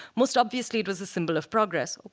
most obviously it was a symbol of progress.